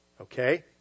Okay